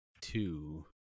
Two